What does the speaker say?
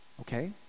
okay